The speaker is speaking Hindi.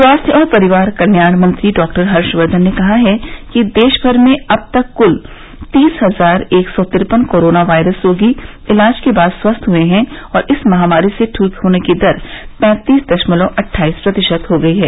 स्वास्थ्य और परिवार कल्याण मंत्री डॉक्टर हर्षवर्धन ने कहा है कि देश भर में अब तक क्ल तीस हजार एक सौ तिरपन कोरोना वायरस रोगी इलाज के बाद स्वस्थ हुए हैं और इस महामारी से ठीक होने की दर पैंतीस दशमलव अट्ठाईस प्रतिशत हो गयी है